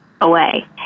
away